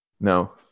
No